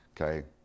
okay